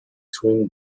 twin